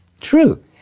true